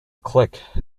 click